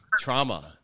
trauma